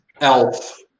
elf